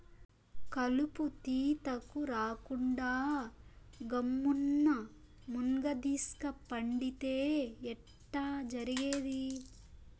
కలుపు తీతకు రాకుండా గమ్మున్న మున్గదీస్క పండితే ఎట్టా జరిగేది